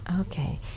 Okay